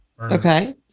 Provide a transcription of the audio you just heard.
Okay